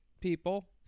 people